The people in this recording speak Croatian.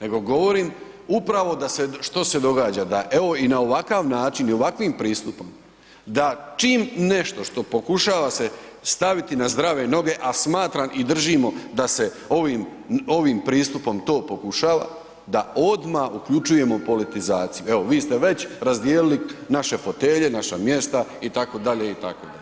nego govorim upravo da se što se događa, da evo i na ovakav način i ovakvim pristupom, da čim nešto što pokušava se staviti na zdrave noge a smatram i držimo da se ovim pristupom to pokušava, da odmah uključujemo politizaciju, evo vi ste već razdijelili naše fotelje, naša mjesta itd., itd.